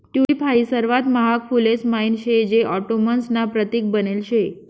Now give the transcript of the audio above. tulip हाई सर्वात महाग फुलेस म्हाईन शे जे ऑटोमन्स ना प्रतीक बनेल शे